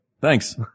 Thanks